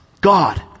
God